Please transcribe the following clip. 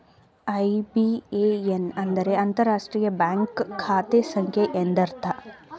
IBAN ಅಂದರೆ ಅಂತರರಾಷ್ಟ್ರೀಯ bank ಖಾತೆ ಸಂಖ್ಯೆ ಎಂದರ್ಥ